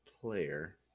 player